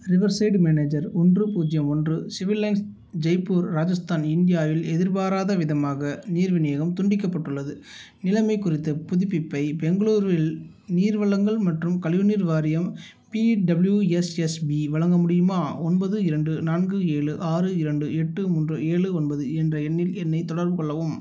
riverside manager ஒன்று பூஜ்ஜியம் ஒன்று சிவில் லைன்ஸ் ஜெய்ப்பூர் ராஜஸ்தான் இந்தியாவில் எதிர்பாராதவிதமாக நீர் விநியோகம் துண்டிக்கப்பட்டுள்ளது நிலைமை குறித்த புதுப்பிப்பை பெங்களூரில் நீர் வழங்கல் மற்றும் கழிவு நீர் வாரியம் B W S S B வழங்க முடியுமா ஒன்பது இரண்டு நான்கு ஏழு ஆறு இரண்டு எட்டு மூன்று ஏழு ஒன்பது என்ற எண்ணில் என்னைத் தொடர்புகொள்ளவும்